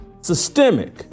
Systemic